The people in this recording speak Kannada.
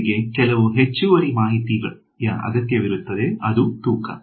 ಇದರೊಂದಿಗೆ ಕೆಲವು ಹೆಚ್ಚುವರಿ ಮಾಹಿತಿಯ ಅಗತ್ಯವಿರುತ್ತದೆ ಅದು ತೂಕ